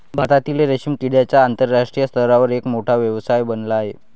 भारतातील रेशीम कीटकांचा आंतरराष्ट्रीय स्तरावर एक मोठा व्यवसाय बनला आहे